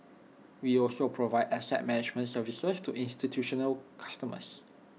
we also provide asset management services to institutional customers